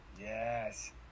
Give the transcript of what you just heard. Yes